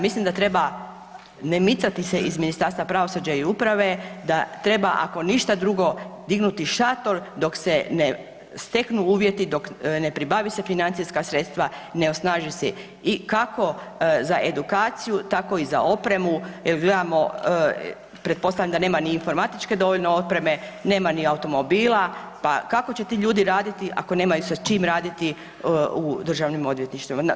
Mislim da treba ne micati se iz Ministarstva pravosuđa i uprave da treba ako ništa drugo dignuti šator dok se ne steknu uvjeti dok ne pribave se financijska sredstva, ne osnaži se i kako za edukaciju tako i za opremu jer gledamo, pretpostavljam da nema ni informatičke dovoljno opreme, nema ni automobila, pa kako će ti ljudi raditi ako nema sa čim raditi u državnim odvjetništvima.